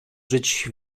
żyć